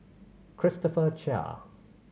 Christopher Chia